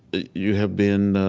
you have been